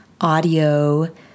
audio